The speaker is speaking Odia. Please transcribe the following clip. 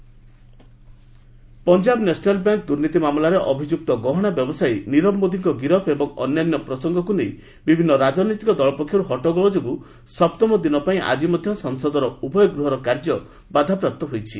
ପାର୍ଲ ଆଡ୍ଜଣ୍ଣଡ଼୍ ପଞ୍ଜାବ ନ୍ୟାସନାଲ୍ ବ୍ୟାଙ୍କ୍ ଦୁର୍ନୀତି ମାମଲାରେ ଅଭିଯୁକ୍ତ ଗହଣା ବ୍ୟବସାୟୀ ନିରବ ମୋଦୀଙ୍କ ଗିରଫ ଏବଂ ଅନ୍ୟାନ୍ୟ ପ୍ରସଙ୍ଗକୁ ନେଇ ବିଭିନ୍ନ ରାଜନୈତିକ ଦଳ ପକ୍ଷରୁ ହଟ୍ଟଗୋଳ ଯୋଗୁଁ ସପ୍ତମ ଦିନ ପାଇଁ ଆଜି ମଧ୍ୟ ସଂସଦର ଉଭୟ ଗୃହର କାର୍ଯ୍ୟ ବାଧାପ୍ରାପ୍ତ ହୋଇଛି